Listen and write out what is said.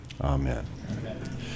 amen